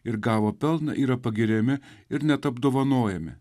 ir gavo pelną yra pagiriami ir net apdovanojami